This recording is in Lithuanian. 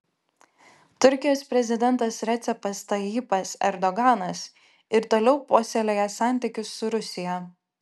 turkijos prezidentas recepas tayyipas erdoganas ir toliau puoselėja santykius su rusija